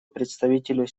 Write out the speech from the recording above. представителю